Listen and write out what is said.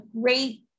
great